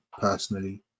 personally